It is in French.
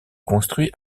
construit